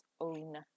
own